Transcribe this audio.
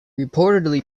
reportedly